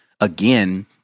again